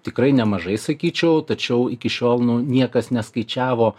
tikrai nemažai sakyčiau tačiau iki šiol nu niekas neskaičiavo